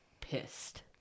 pissed